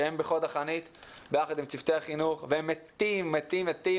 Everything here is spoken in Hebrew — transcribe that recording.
הם בחוד החנית ביחד עם צוותי החינוך והם מתים מתים מתים